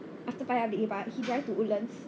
after paya lebar he drive to woodlands